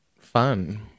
fun